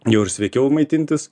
jau ir sveikiau maitintis